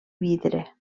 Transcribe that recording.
vidre